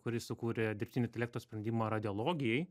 kuris sukūrė dirbtinio intelekto sprendimą radiologijai